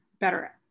better